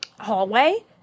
Hallway